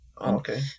Okay